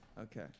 okay